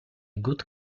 good